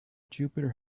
jupiter